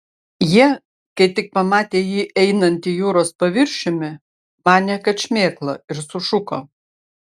jie kai tik pamatė jį einantį jūros paviršiumi manė kad šmėkla ir sušuko